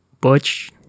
Butch